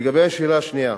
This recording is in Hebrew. לגבי השאלה השנייה,